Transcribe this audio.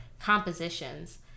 compositions